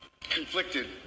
conflicted